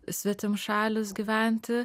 svetimšalius gyventi